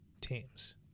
teams